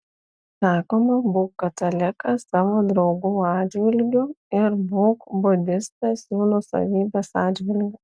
sakoma būk katalikas savo draugų atžvilgių ir būk budistas jų nuosavybės atžvilgiu